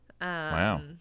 Wow